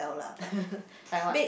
like what